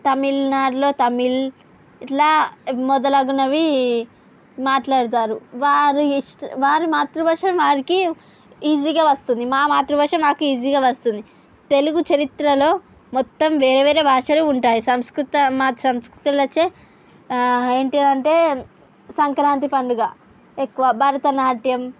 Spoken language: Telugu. తమిళనాడులో తమిళ్ ఇట్లా మొదలగునవి మాట్లాడుతారు వారి ఇష్ట వారి మాతృభాష వారికి ఈజీ గా వస్తుంది మా మాతృభాష మాకు ఈజీ గా వస్తుంది తెలుగు చరిత్రలో మొత్తం వేరే వేరే భాషలు ఉంటాయి సంస్కృత మా సంస్కృతలోచ్చే ఏంటి అంటే సంక్రాంతి పండుగ ఎక్కువ భరతనాట్యం